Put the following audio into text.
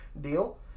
deal